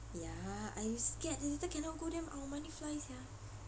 ya I scared later cannot go then our money fly sia